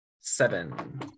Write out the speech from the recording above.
Seven